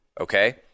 Okay